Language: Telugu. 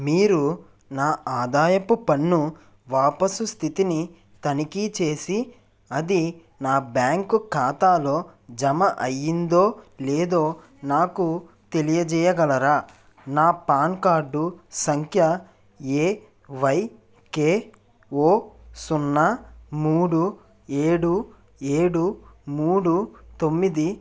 మీరు నా ఆదాయపు పన్ను వాపసు స్థితిని తనిఖీ చేసి అది నా బ్యాంకు ఖాతాలో జమ అయ్యిందో లేదో నాకు తెలియజేయగలరా నా పాన్ కార్డు సంఖ్య ఏ వై కే ఓ సున్నా మూడు ఏడు ఏడు మూడు తొమ్మిది